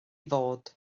fod